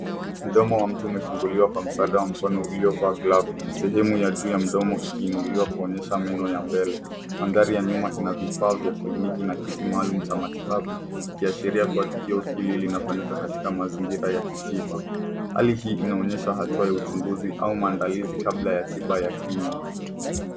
Mdomo wa mtu umefunguliwa kwa msaada wa mkono uliovaa glovu sehemu ya juu ya mdomo ikiinunuliwa kuonyesha meno ya mbele. Mandhari ya nyuma ina vifaa vya kliniki na kiti maalum cha matibabu ikiashiria kuwa tukio hili linafanyika katika mazingira ya kitiba. Hali hii inaonyesha hatua ya uchunguzi au maandalizi kabla ya tiba ya kinywa.